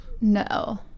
no